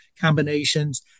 combinations